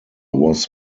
was